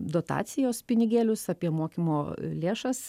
dotacijos pinigėlius apie mokymo lėšas